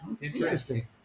Interesting